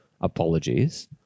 apologies